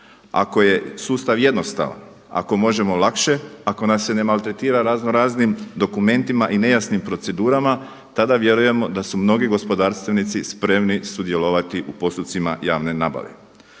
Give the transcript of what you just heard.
Ako je sustav jednostavan, ako možemo lakše, ako nas ne maltretira razno raznim dokumentima i nejasnim procedurama tada vjerujemo da su mnogi gospodarstvenici spremni sudjelovati u postupcima javne nabave.